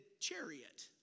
chariot